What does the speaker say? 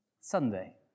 Sunday